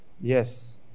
Yes